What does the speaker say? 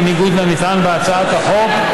בניגוד לנטען בהצעת החוק,